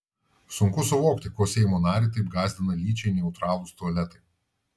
sunku suvokti ko seimo narį taip gąsdina lyčiai neutralūs tualetai